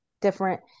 different